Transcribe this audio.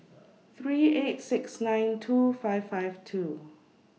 three eight six nine two five five two